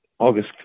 August